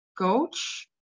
Coach